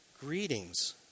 greetings